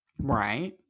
Right